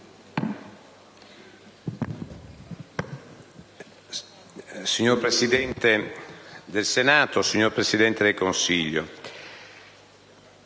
Signor Presidente del Senato, signor Presidente del Consiglio,